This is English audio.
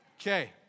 Okay